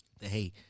Hey